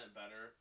better